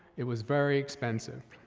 it was very expensive.